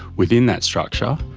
within that structure,